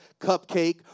cupcake